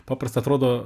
paprasta atrodo